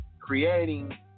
creating